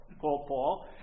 Paul